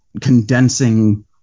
condensing